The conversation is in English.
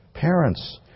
Parents